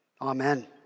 Amen